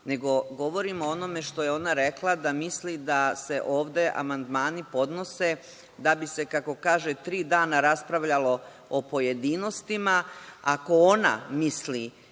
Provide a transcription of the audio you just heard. nego govorim o onome šta je ona rekla da misli da se ovde amandmani podnose da bi se, kako kaže, tri dana raspravljalo o pojedinostima. Ako ona misli